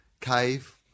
cave